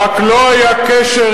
רק לא היה קשר,